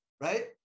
right